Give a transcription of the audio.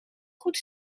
goed